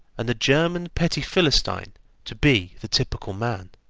and the german petty philistine to be the typical man.